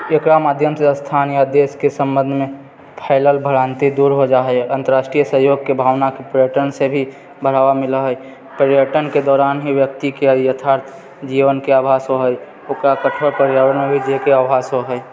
एकरा माध्यमसँ स्थान या देशके सम्बन्धमे फैलल भ्रान्ति दूर हो जाइत हय अन्तर्राष्ट्रीय सहयोगके भावनाके पर्यटन से भी बढ़ावा मिलैत हय पर्यटनके दौरान ही व्यक्तिके यथार्थ जीवनके आभास हुअ हय ओकरा कठोर पर्यावरण आभास होए हय